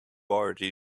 already